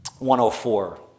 104